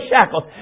shackles